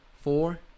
four